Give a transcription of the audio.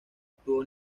obtuvo